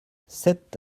sept